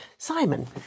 Simon